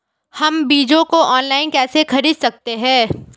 हम बीजों को ऑनलाइन कैसे खरीद सकते हैं?